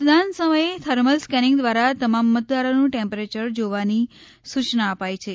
મતદાન સમયે thermal scanning દ્વારા તમામ મતદારોનું ટેમ્પરેચર જોવાની સૂચના અપાઇ છે